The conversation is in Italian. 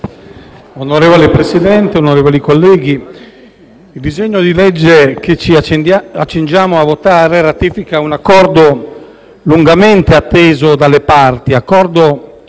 Signor Presidente, onorevoli colleghi, il disegno di legge che ci accingiamo a votare ratifica un Accordo lungamente atteso dalle parti, Accordo